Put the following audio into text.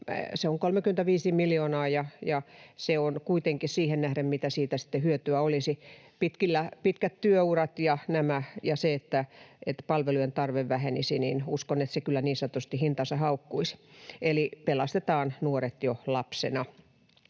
Se on 35 miljoonaa, ja kuitenkin siihen nähden, mitä siitä sitten hyötyä olisi — pitkät työurat ja se, että palvelujen tarve vähenisi — uskon, että se kyllä niin sanotusti hintansa haukkuisi. Eli pelastetaan nuoret jo lapsena.